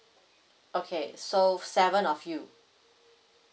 okay so seven of you